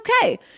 okay